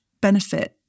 benefit